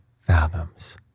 fathoms